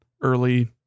early